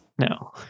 No